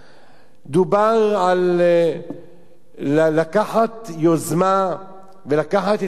דובר על לקיחת יוזמה ולקחת את הביטחון.